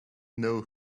know